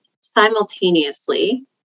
simultaneously